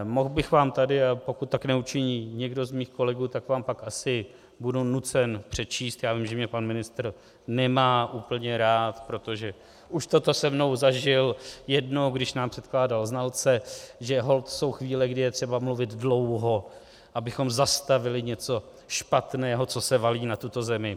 Mohl bych vám tady, pokud tak neučiní někdo z mých kolegů, tak vám pak asi budu nucen přečíst já vím, že mě pan ministr nemá úplně rád, protože už toto se mnou zažil jednou, když nám předkládal znalce, že holt jsou chvíle, kdy je třeba mluvit dlouho, abychom zastavili něco špatného, co se valí na tuto zemi.